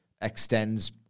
extends